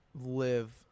live